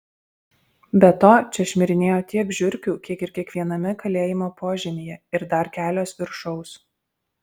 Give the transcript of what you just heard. be to čia šmirinėjo tiek žiurkių kiek ir kiekviename kalėjimo požemyje ir dar kelios viršaus